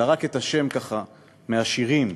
אלא רק את השם, ככה, מהשירים.